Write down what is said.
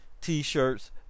t-shirts